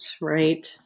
right